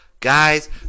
guys